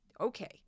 okay